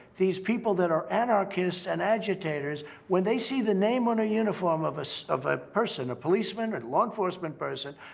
these people that are anarchists and agitators, when they see the name on a uniform of so a ah person a policeman or and law enforcement person,